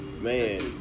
Man